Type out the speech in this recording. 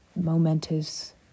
momentous